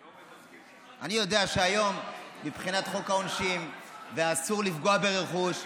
אני יודע שהיום מבחינת חוק העונשין והאיסור לפגוע ברכוש,